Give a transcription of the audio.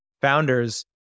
founders